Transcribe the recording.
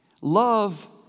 Love